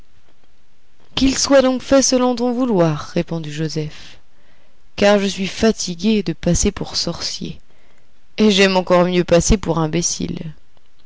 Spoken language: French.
qu'il soit donc fait selon ton vouloir répondit joseph car je suis fatigué de passer pour sorcier et j'aime encore mieux passer pour imbécile